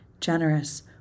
generous